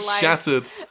shattered